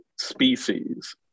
species